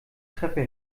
treppe